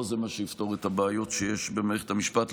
לא זה מה שיפתור את הבעיות שיש במערכת המשפט.